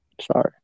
Sorry